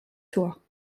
toi